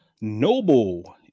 noble